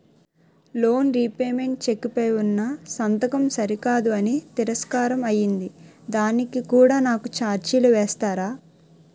Loan repayment cheque పై ఉన్నా సంతకం సరికాదు అని తిరస్కారం అయ్యింది దానికి కూడా నాకు ఛార్జీలు వేస్తారా?